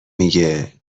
میگه